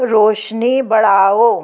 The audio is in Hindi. रौशनी बढ़ाओ